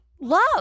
love